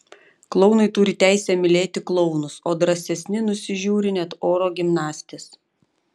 klounai turi teisę mylėti klounus o drąsesni nusižiūri net oro gimnastes